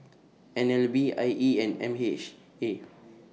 N L B I E and M H A